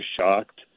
shocked